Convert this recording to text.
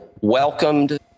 welcomed